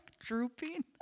drooping